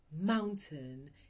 mountain